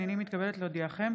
הינני מתכבדת להודיעכם,